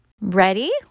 Ready